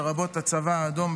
לרבות הצבא האדום,